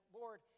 Lord